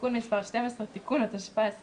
(תיקון מס' 12) (תיקון), התשפ"א-2020".